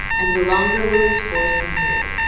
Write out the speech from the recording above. and the longer will its force endure.